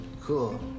Cool